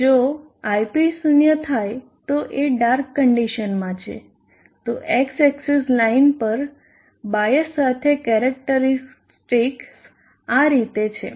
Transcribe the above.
જો ip શૂન્ય થાય તો એ ડાર્ક કન્ડીશનમાં છે તો x એક્સીસ લાઈન પર બાયસ સાથે કેરેક્ટરીસ્ટિક્સ આ રીતે છે